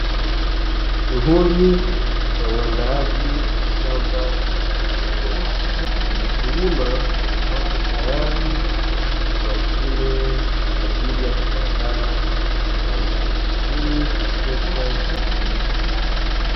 Shughuli za uandaaji wa shamba zinaendelea, wakulima wapo tayari na mashine kwa ajili ya kuandaa shamba, hili ni trekta la kisasa.